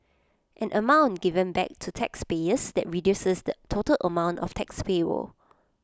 an amount given back to taxpayers that reduces the total amount of tax payable